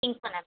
think பண்ணணும்